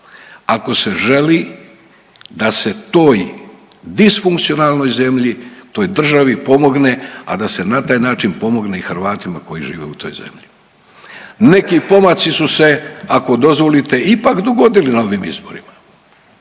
ako se želi da se toj disfunkcionaloj zemlji toj državi pomogne, a da se na taj način pomogne i Hrvatima koji žive u toj zemlji. Neki pomaci su se ako dozvolite ipak dogodili na ovim izborima.